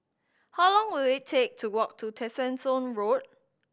how long will it take to walk to Tessensohn Road